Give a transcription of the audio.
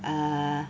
err